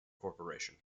corporation